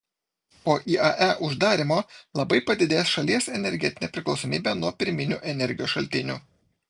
po iae uždarymo labai padidės šalies energetinė priklausomybė nuo pirminių energijos šaltinių